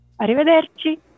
arrivederci